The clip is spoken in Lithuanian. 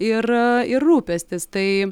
ir ir rūpestis tai